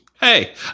Hey